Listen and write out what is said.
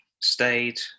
stayed